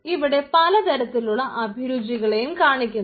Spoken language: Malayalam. ഇവിടെ പലതരത്തിലുള്ള അഭിരുചികളെയും കാണിക്കുന്നു